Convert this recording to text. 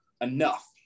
enough